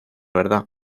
verdad